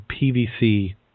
PVC